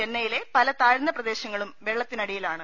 ചെന്നൈയിലെ പല താഴ്ന്ന പ്രദേശങ്ങളും വെള്ള ത്തിനടിയിലാണ്